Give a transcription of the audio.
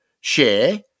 share